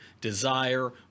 desire